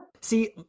see